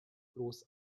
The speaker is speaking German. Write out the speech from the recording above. bloß